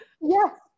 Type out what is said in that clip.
Yes